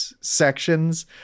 sections